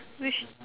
which